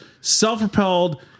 self-propelled